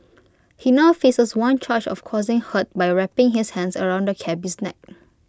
he now faces one charge of causing hurt by wrapping his hands around the cabby's neck